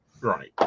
Right